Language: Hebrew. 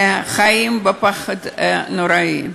חיים בפחד נוראי.